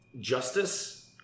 justice